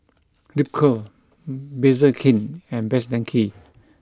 Ripcurl Bakerzin and Best Denki